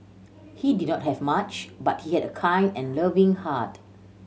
he did not have much but he had a kind and loving heart